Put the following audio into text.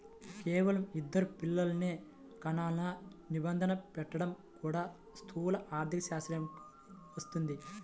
కేవలం ఇద్దరు పిల్లలనే కనాలనే నిబంధన పెట్టడం కూడా స్థూల ఆర్థికశాస్త్రంలోకే వస్తది